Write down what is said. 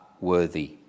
worthy